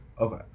okay